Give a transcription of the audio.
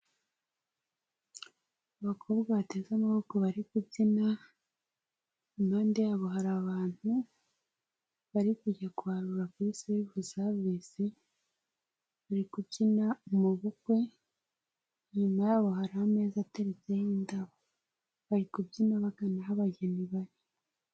Abakobwa bateze amaboko bari kubyina, impande yabo hari abantu bari kujya kwarura kuri selifu savisi, bari kubyina mu bu bukwe, inyuma yabo hari ameza ateretseho indabo, bari kubyina bagana abageni bari.